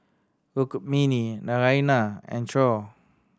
Rukmini Naraina and Choor